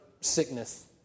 sickness